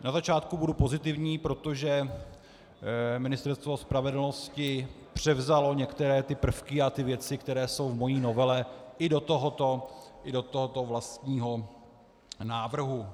Na začátku budu pozitivní, protože Ministerstvo spravedlnosti převzalo některé prvky a ty věci, které jsou v mojí novele, i do tohoto vlastního návrhu.